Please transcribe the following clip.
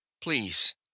please